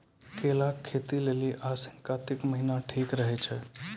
केला के खेती के लेली आसिन कातिक महीना ठीक रहै छै